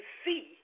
see